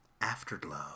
Afterglow